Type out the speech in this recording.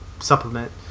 supplement